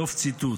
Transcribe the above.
סוף ציטוט.